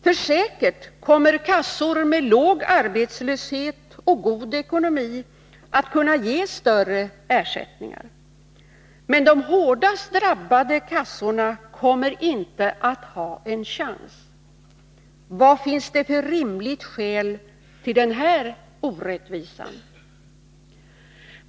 Visserligen kommer säkert kassor med låg arbetslöshet bland medlemmarna och med god ekonomi att kunna ge större ersättningar, men de hårdast drabbade kassorna kommer inte att ha en chans. Vad finns det för rimligt skäl till denna orättvisa?